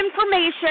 information